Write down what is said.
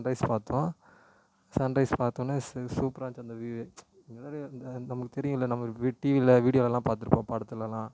sunrise பார்த்தோம் sunrise பார்த்தொன்ன சூப்பராக இருந்துச்சு அந்த வியூவே அந்த மாதிரி அந்த நமக்கு தெரியும்ல நம்ம வீட்டு டிவியில் வீடியோலெல்லாம் பார்த்துருப்போம் படத்துலெலாம்